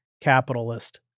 capitalist